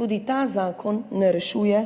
Tudi ta zakon ne rešuje